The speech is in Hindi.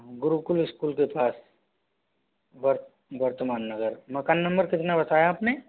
गुरुकुल स्कूल के पास वर्तमान नगर मकान नंबर कितने बताया आपने